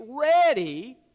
ready